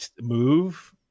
move